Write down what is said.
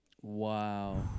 Wow